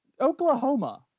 Oklahoma